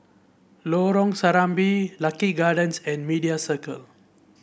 Lorong Serambi Lucky Gardens and Media Circle